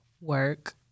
work